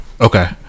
Okay